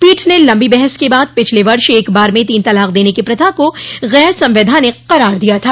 पीठ ने लम्बी बहस के बाद पिछले वर्ष एक बार में तीन तलाक देने की प्रथा को गैर संवैधानिक करार दिया था